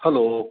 hello